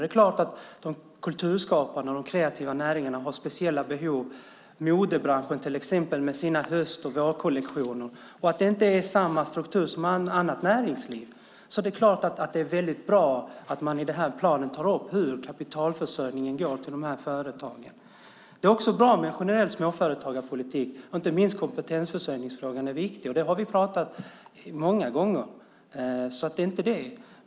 Det är klart att kulturskaparna, de kreativa näringarna, har speciella behov. Modebranschen till exempel med sina höst och vårkollektioner har inte samma struktur som annat näringsliv. Det är klart att det är väldigt bra att man i den här planen tar upp hur kapitalförsörjningen till de här företagen går. Det är också bra med en generell småföretagarpolitik. Inte minst kompetensförsörjningsfrågan är viktig. Det har vi pratat om många gånger så det är inte det.